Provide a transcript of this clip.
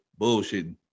Bullshitting